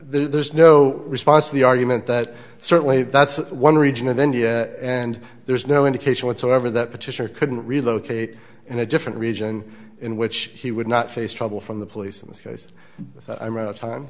there's no response to the argument that certainly that's one region of india and there's no indication whatsoever that petitioner couldn't relocate in a different region in which he would not face trouble from the police in this case i wrote a time